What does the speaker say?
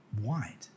white